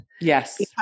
Yes